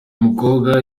mukobwa